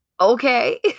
Okay